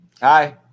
Hi